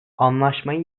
anlaşmaya